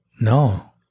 No